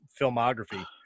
filmography